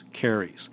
carries